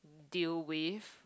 deal with